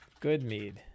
Goodmead